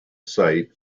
site